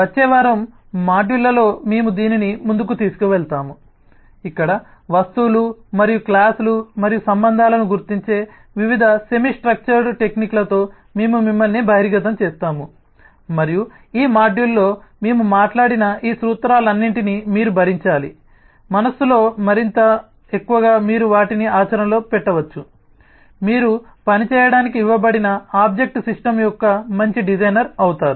వచ్చే వారం మాడ్యూళ్ళలో మేము దీనిని ముందుకు తీసుకువెళతాము ఇక్కడ వస్తువులు మరియు క్లాస్లు మరియు సంబంధాలను గుర్తించే వివిధ సెమీ స్ట్రక్చర్డ్ టెక్నిక్లతో మేము మిమ్మల్ని బహిర్గతం చేస్తాము మరియు ఈ మాడ్యూల్లో మేము మాట్లాడిన ఈ సూత్రాలన్నింటినీ మీరు భరించాలి మనస్సులో మరియు మరింత ఎక్కువగా మీరు వాటిని ఆచరణలో పెట్టవచ్చు మీరు పని చేయడానికి ఇవ్వబడిన ఆబ్జెక్ట్ సిస్టమ్ యొక్క మంచి డిజైనర్ అవుతారు